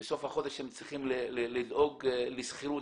בסוף החודש הם צריכים לדאוג לשכירות,